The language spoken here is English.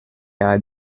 are